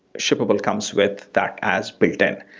shippable comes with that as built-in.